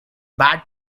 bad